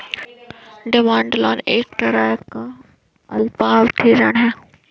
demand loan एक तरह का अल्पावधि ऋण है